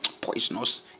poisonous